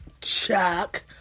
Chuck